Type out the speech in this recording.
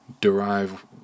derive